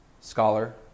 scholar